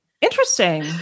Interesting